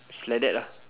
it's like that lah